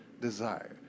desire